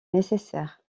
nécessaire